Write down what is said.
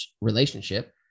relationship